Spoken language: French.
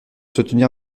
soutenir